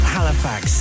Halifax